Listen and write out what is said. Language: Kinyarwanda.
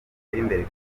imbere